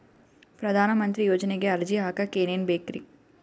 ಪ್ರಧಾನಮಂತ್ರಿ ಯೋಜನೆಗೆ ಅರ್ಜಿ ಹಾಕಕ್ ಏನೇನ್ ಬೇಕ್ರಿ?